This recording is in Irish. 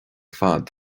fad